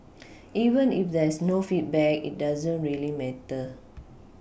even if there's no feedback it doesn't really matter